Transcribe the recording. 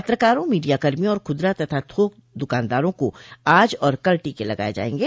पत्रकारों मीडिया कर्मिया और खुदरा तथा थोक दुकानदारों को आज और कल टीके लगाए जाएंगे